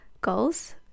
goals